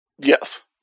Yes